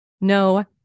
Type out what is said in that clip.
No